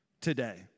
today